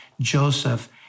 Joseph